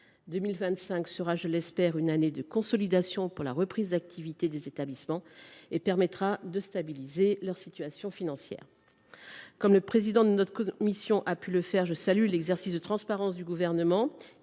2025 sera, je l’espère, une année de consolidation de la reprise d’activité des établissements et permettra de stabiliser leur situation financière. Comme le président de notre commission a pu le faire, je salue l’exercice de transparence du Gouvernement,